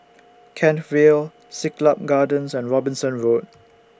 Kent Vale Siglap Gardens and Robinson Road